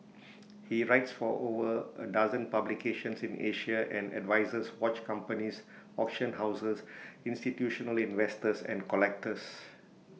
he writes for over A dozen publications in Asia and advises watch companies auction houses institutional investors and collectors